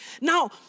Now